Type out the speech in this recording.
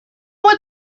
what